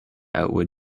outward